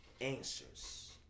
answers